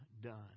done